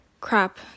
Crap